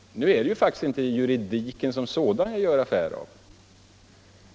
Nu är det faktiskt inte juridiken som sådan jag gör affär av.